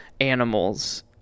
animals